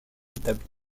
établie